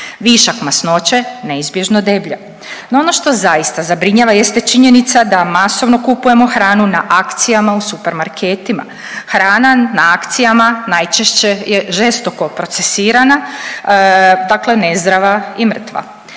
višak masnoće neizbježno deblja. No ono što zaista zabrinjava jeste činjenica da masovno kupujemo hranu na akcijama u supermarketima, hrana na akcijama najčešće je žestoko procesirana, dakle nezdrava i mrtva.